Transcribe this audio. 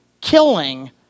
killing